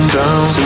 down